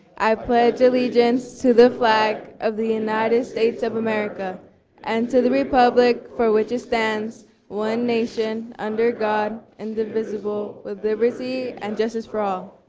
i pledge allegiance to the flag of the united states of america and to the republic for which it stands one nation, under god, indivisible, with liberty and justice for all.